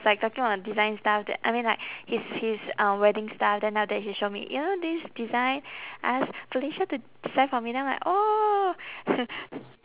like talking about design stuff that I mean like his his uh wedding stuff then after that he show me you know this design ask felicia to design for me then I'm like oh